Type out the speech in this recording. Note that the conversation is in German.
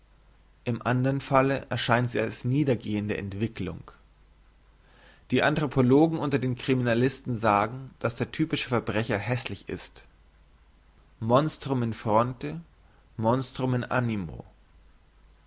im andren falle erscheint sie als niedergehende entwicklung die anthropologen unter den criminalisten sagen uns dass der typische verbrecher hässlich ist monstrum in fronte monstrum in animo